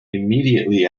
immediately